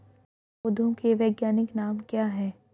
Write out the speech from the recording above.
पौधों के वैज्ञानिक नाम क्या हैं?